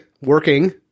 working